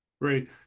Great